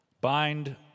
Bind